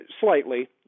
slightly